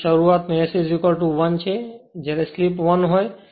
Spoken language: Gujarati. તેથી શરૂઆતમાં S 1 જ્યારે સ્લિપ ૧ હોય